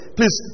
Please